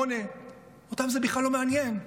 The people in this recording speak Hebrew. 48'; אותם זה בכלל לא מעניין.